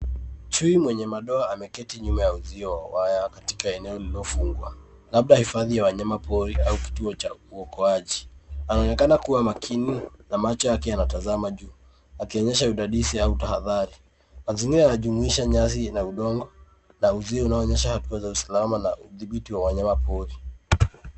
Chui mwenye madoa ameketi nyuma ya uzio wa waya katika eneo lililofungwa, labda hifadhi ya wanyama pori au kituo cha uokoaji. Anaonekana kuwa makini na macho yake yanatazama juu, akionyesha udadisi au tahadhari. Mazingira yanajumuisha nyasi na udongo na uzio unaonyesha hatua za usalama na udhibiti wa wanyamapori.